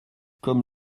comme